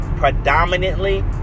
Predominantly